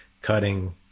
cutting